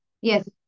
Yes